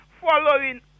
following